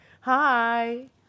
hi